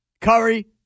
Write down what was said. Curry